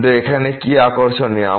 কিন্তু এখানে কি আকর্ষণীয়